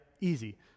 easy